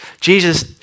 Jesus